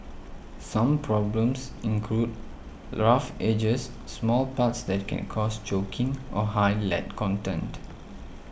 some problems include rough edges small parts that can cause choking or high lead content